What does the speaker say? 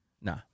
nah